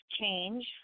change